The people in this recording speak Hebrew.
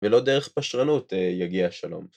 ולא דרך פשרנות יגיע השלום.